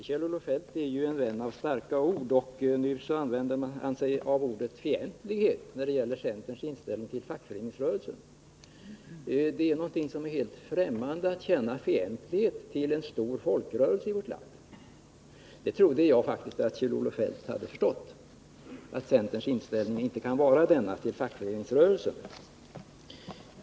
Herr talman! Kjell-Olof Feldt är en vän av starka ord. Nu använder han sig av ordet fientlighet när det gäller centerns inställning till fackföreningsrörelsen. Att känna fientlighet till en stor folkrörelse i vårt land är någonting som är helt ffrämmande för centern. Jag trodde faktiskt att Kjell-Olof Feldt hade förstått att centerns inställning till fackföreningsrörelsen inte kan vara den.